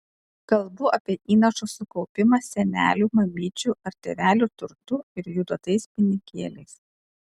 kalbu apie įnašo sukaupimą senelių mamyčių ar tėvelių turtu ir jų duotais pinigėliais